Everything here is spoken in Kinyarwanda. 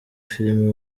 film